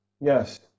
yes